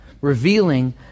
revealing